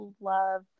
love